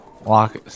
Walk